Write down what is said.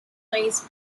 lies